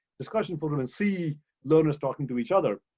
discussion forum and see learners talking to each other.